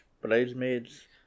bridesmaids